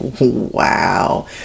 wow